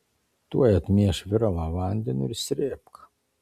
tuoj atmieš viralą vandeniu ir srėbk